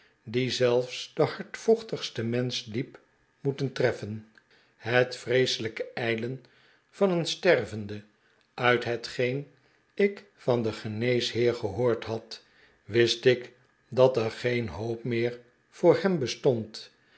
die zelfs den hardvochtigsten mensch diep moeten treffen het vreeselijke ijlen van een stervende uit hetgeen ik van den geneesheerf gehoord had wist ik dat er geen hoop meer voor hem bestond